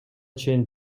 чейин